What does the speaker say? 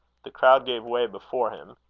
the crowd gave way before him.